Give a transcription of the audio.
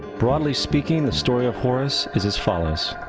broadly speaking, the story of horus is as follows